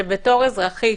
אומר שכאזרחית,